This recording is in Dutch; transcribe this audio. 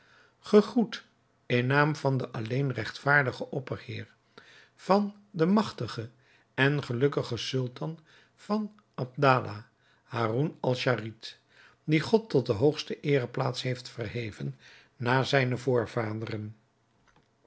gegroet in naam van den alleen regtvaardigen opperheer van den magtigen en gelukkigen sultan van abdala haroun-al-raschid dien god tot de hoogste eereplaats heeft verheven na zijne voorvaderen